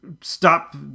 stop